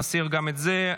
נסיר גם את זה,